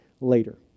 later